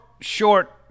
short